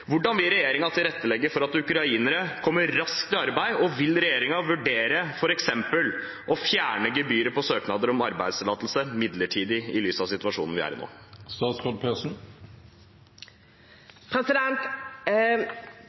Hvordan vil regjeringen tilrettelegge for at ukrainere kommer raskt i arbeid, og vil regjeringen vurdere f.eks. midlertidig å fjerne gebyret på søknad om arbeidstillatelse, i lys av situasjonen vi er i nå?